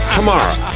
Tomorrow